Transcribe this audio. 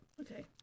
Okay